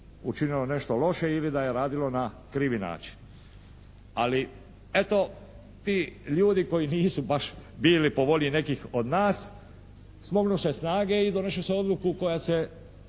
učinilo nešto loše ili da je radilo na krivi način. Ali eto tu ljudi koji nisu baš bili po volji nekih od nas smognut će snage i donijet će odluku koja se